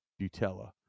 Butella